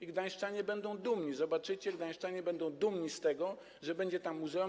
I gdańszczanie będą dumni, zobaczycie, gdańszczanie będą dumni z tego, że będzie tam muzeum.